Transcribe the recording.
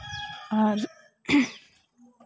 ᱟᱨ